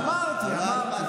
אמרתי, אמרתי.